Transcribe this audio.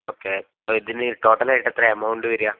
okay അപ്പോൾ ഇതിന് total ആയിട്ട് എത്രയാണ് എമൗണ്ട് വരിക